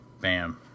Bam